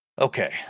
Okay